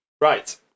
Right